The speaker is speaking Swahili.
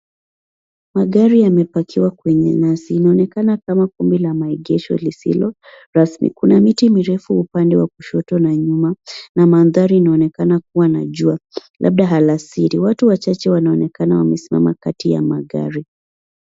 Magari yamepakiwa kwenye nyasi. Inaonekana kama kundi la maegesho lisilo rasmi. Kuna miti mirefu upande wa kushoto na nyuma na mandhari inaonekana kuwa na jua labda alasiri. Watu wachache wanaonekana wamesimama kati ya magari.